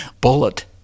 Bullet